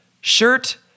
shirt